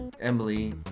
Emily